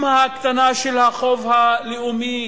עם ההקטנה של החוב הלאומי,